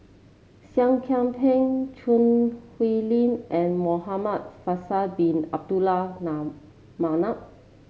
Seah Kian Peng Choo Hwee Lim and Muhamad Faisal Bin Abdul Manap